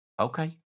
okay